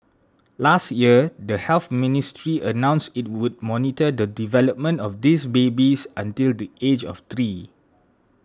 last year the Health Ministry announced it would monitor the development of these babies until the age of three